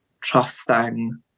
trusting